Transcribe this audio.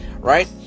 right